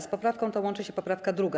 Z poprawką tą łączy się poprawka 2.